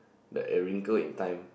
the it wrinkle in time